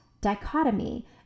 dichotomy